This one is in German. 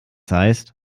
heißt